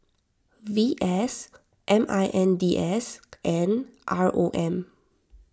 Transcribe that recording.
V S M I N D S and R O M